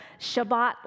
Shabbat